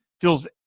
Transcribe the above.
feels